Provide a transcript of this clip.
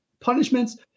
punishments